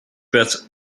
better